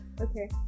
okay